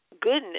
goodness